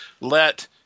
let